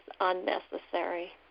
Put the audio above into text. unnecessary